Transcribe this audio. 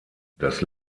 das